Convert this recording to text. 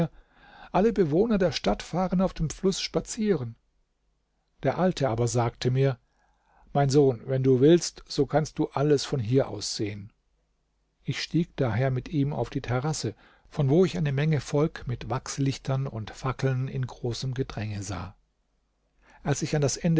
alle bewohner der stadt fahren auf dem fluß spazieren der alte aber sagte mir mein sohn wenn du willst so kannst du alles von hier aus sehen ich stieg daher mit ihm auf die terrasse von wo ich eine menge volk mit wachslichtern und fackeln in großem gedränge sah als ich an das ende